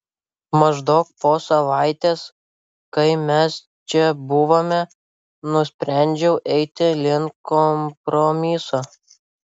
maždaug po savaitės kai mes čia buvome nusprendžiau eiti link kompromiso